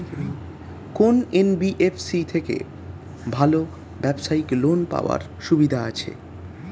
কোন এন.বি.এফ.সি থেকে ভালো ব্যবসায়িক লোন পাওয়ার সুবিধা আছে?